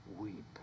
weep